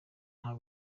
ubu